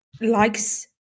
likes